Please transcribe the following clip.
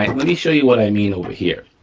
ah let me show you what i mean over here.